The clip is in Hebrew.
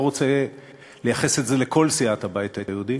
אני לא רוצה לייחס את זה לכל סיעת הבית היהודי,